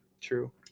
True